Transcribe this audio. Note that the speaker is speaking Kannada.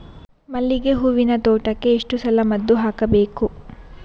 ಮಲ್ಲಿಗೆ ಹೂವಿನ ತೋಟಕ್ಕೆ ಎಷ್ಟು ಸಲ ಮದ್ದು ಹಾಕಬೇಕು?